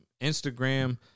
Instagram